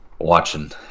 watching